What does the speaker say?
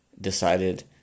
decided